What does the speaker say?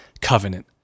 covenant